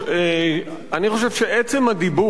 אני חושב שעצם הדיבור,